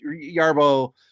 yarbo